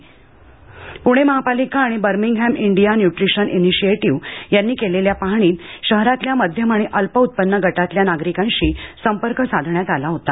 पूणे महापालिका आणि Birmingham India nutrition initiative यांनी केलेल्या पाहणीत शहरातल्या मध्यम आणि अल्प उत्पन्न गटातील नागरिकांशी संपर्क साधण्यात आला होता